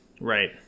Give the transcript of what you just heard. right